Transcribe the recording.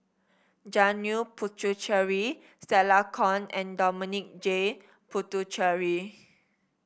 Janil Puthucheary Stella Kon and Dominic J Puthucheary